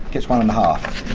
gets one and a half.